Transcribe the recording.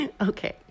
Okay